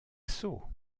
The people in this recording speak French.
sot